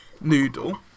noodle